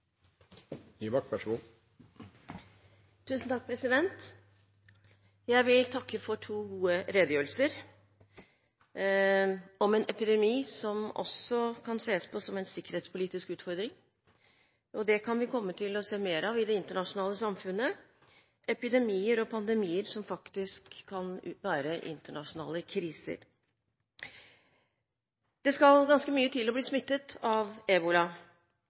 vil takke for to gode redegjørelser om en epidemi som også kan ses på som en sikkerhetspolitisk utfordring. I det internasjonale samfunnet kan vi komme til å se mer av epidemier og pandemier som faktisk kan være internasjonale kriser. Det skal ganske mye til å bli smittet av ebola.